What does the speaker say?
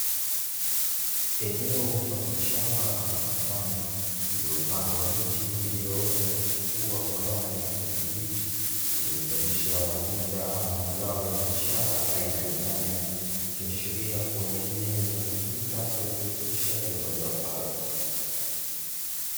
Eneo mfano wa shamba au bustani, iliyopandwa miche iliyoota na kuchepua kwa rangi ya kijani kibichi, iliyozalisha matunda ama mazao ya biashara aina ya nyanya, ikiashiria kuwa ni eneo linalotumika kwa ajili ya uzalishaji wa mazao hayo.